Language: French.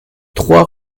trois